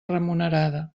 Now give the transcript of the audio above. remunerada